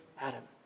adam